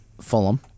Fulham